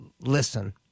Listen